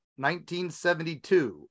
1972